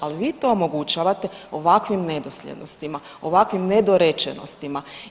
Ali vi to omogućavate ovakvim nedosljednostima, ovakvim nedorečenostima.